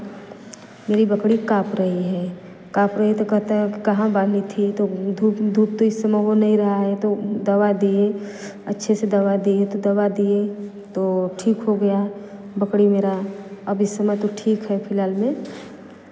मेरी बकरी काँप रही है काँप रहे है तो कहते है कहाँ बांधी थी तो धूप धूप तो इस समय हो नहीं रहा है तो दवा दिए अच्छे से दवा दिए तो दवा दिए तो ठीक हो गया बकड़ी मेरा अभी इस समय तो ठीक है फ़िलहाल में